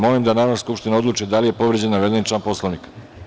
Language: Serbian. Molim da Narodna skupština odluči da li je povređen navedeni član Poslovnika.